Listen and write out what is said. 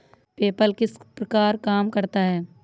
PayPal किस प्रकार काम करता है?